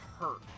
hurt